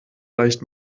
leicht